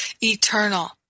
eternal